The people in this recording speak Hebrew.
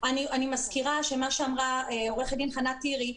אני מזכירה שמה שאמרה עורכת דין חנה טירי,